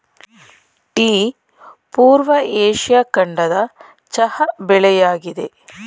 tea ಪೂರ್ವ Asia ಖಂಡದ ಚಹಾ ಬೆಳೆಯಾಗಿದೆ